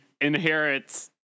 inherits